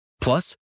Plus